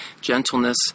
gentleness